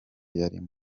yarimo